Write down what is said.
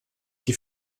die